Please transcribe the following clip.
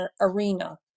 arena